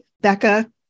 Becca